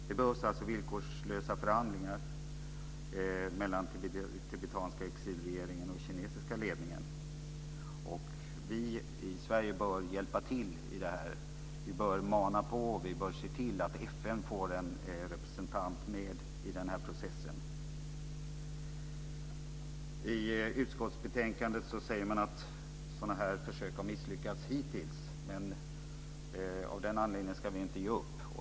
Det behövs villkorslösa förhandlingar mellan tibetanska exilregeringen och kinesiska ledningen. Vi i Sverige bör hjälpa till i detta. Vi bör mana på, och vi bör se till att FN får med en representant i processen. I utskottsbetänkandet framgår det att sådana försök hittills har misslyckats. Av den anledningen ska vi inte ge upp.